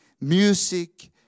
music